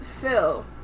Phil